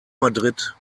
madrid